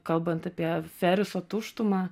kalbant apie feriso tuštumą